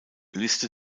liste